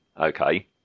Okay